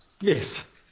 Yes